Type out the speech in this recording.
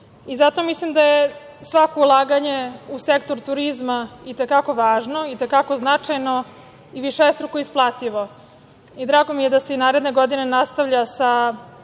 i zato mislim da je svako ulaganje u sektor turizma i te kako važno, i te kako značajno i višestruko isplativo, i drago mi je da se i naredne godine nastavlja sa